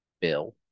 bill